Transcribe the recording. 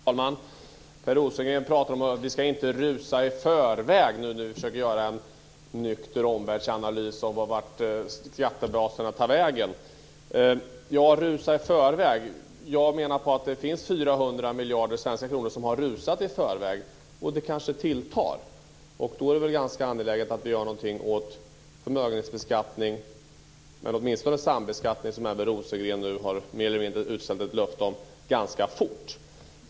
Fru talman! Per Rosengren talar om att vi inte ska rusa i förväg när vi nu försöker göra en nykter omvärldsanalys av vart skattebaserna tar vägen. Ja, rusa i förväg - jag menar att det finns 400 miljarder svenska kronor som har rusat i förväg, och det kanske tilltar. Därför är det väl ganska angeläget att vi gör något åt förmögenhetsbeskattningen, men åtminstone åt sambeskattningen som även Rosengren nu mer eller mindre har utställt ett löfte om, ganska fort.